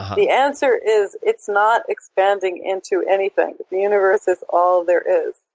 the answer is, it's not expanding into anything. but the universe is all there is.